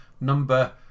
number